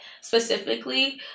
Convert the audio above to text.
specifically